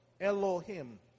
Elohim